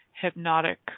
hypnotic